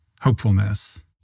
hopefulness